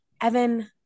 Evan